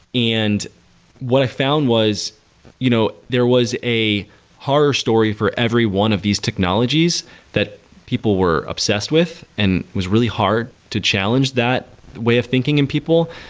and what i found was you know there was a horror story for every one of these technologies that people were obsessed with and was really hard to challenge that way of thinking in people.